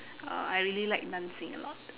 uh I really like dancing a lot